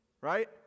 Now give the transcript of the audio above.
Right